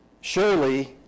surely